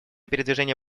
передвижение